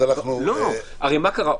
לא, הרי מה קרה?